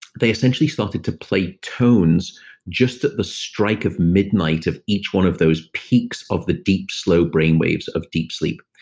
they essentially started to play tones just at the strike of midnight of each one of those peaks of the deep slow brainwaves of deep sleep.